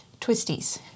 Twisties